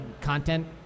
content